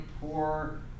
poor